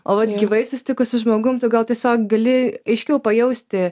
o vat gyvai susitikus su žmogum tai gal tiesiog gali aiškiau pajausti